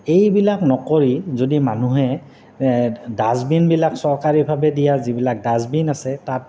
এইবিলাক নকৰি যদি মানুহে ডাষ্টবিনবিলাক চৰকাৰীভাৱে দিয়া যিবিলাক ডাষ্টবিন আছে তাত